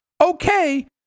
Okay